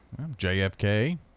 JFK